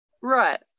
Right